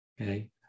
Okay